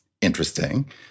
interesting